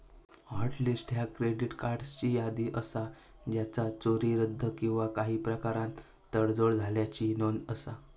hot list ह्या credit कार्ड्सची यादी असा ज्याचा चोरी, रद्द किंवा काही प्रकारान तडजोड झाल्याची नोंद असा